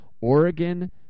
Oregon